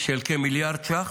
של כמיליארד ש"ח,